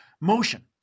motion